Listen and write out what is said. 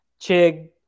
Chig